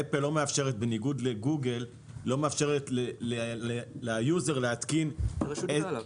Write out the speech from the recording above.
"אפל" בניגוד ל"גוגל" לא מאפשרת ליוזר להתקין את -- דיברתי על זה.